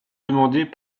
demandés